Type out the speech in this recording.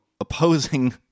opposing